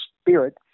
spirit